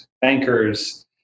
bankers